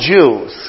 Jews